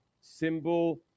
symbol